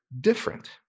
different